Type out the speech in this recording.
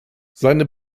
seine